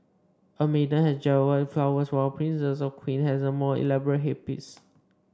a maiden has jewelled flowers while a princess or queen has a more elaborate headpiece